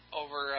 over